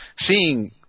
seeing